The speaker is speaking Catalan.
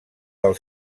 del